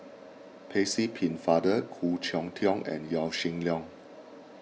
Percy Pennefather Khoo Cheng Tiong and Yaw Shin Leong